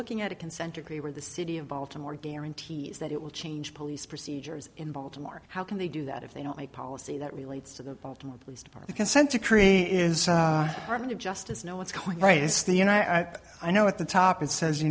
looking at a consent decree where the city of baltimore guarantees that it will change police procedures in baltimore how can they do that if they don't make policy that relates to the baltimore police department consent decree is harmony of justice no what's going right is the in i i know at the top it says